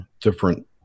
different